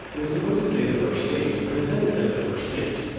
it was supposed to say, the first state, but instead it said, the first state. oh,